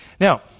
Now